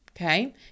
okay